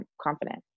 confident